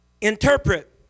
interpret